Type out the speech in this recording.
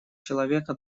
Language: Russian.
человека